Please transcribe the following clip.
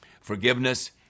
forgiveness